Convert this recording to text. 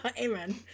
Amen